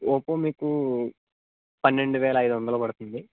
Oppo మీకు పన్నెండు వేల ఐదు వందలు పడుతుంది